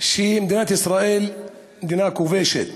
שמדינת ישראל היא מדינה כובשת